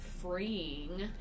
freeing